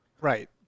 Right